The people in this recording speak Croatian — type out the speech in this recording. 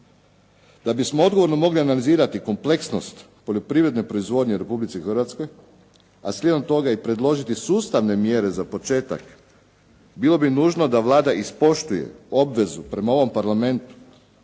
Da bismo odgovorno mogli analizirati kompleksnost poljoprivredne proizvodnje u Republici Hrvatskoj a slijedom toga predložiti sustavne mjere za početak bilo bi nužno da Vlada ispoštuje obvezu prema ovom Parlamentu